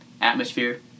Atmosphere